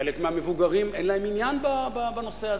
חלק מהמבוגרים אין להם עניין בנושא הזה,